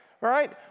Right